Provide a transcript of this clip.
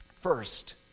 First